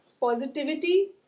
positivity